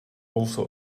also